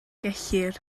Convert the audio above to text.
gellir